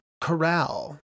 corral